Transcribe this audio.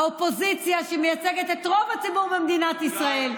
האופוזיציה, שמייצגת את רוב הציבור במדינת ישראל,